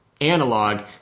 analog